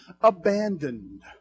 abandoned